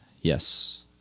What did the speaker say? Yes